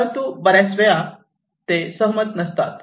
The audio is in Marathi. परंतु बर्याच वेळा ते सहमत नसतात